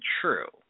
true